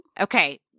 Okay